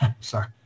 Sorry